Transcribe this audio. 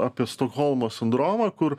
apie stokholmo sindromą kur